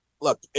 look